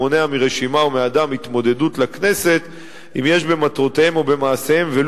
המונע מרשימה או מאדם התמודדות לכנסת אם יש במטרותיהם או במעשיהם,